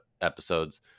episodes